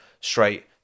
straight